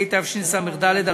התשס"ד 2004,